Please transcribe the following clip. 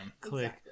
Click